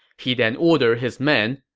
he then ordered his men,